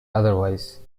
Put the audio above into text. otherwise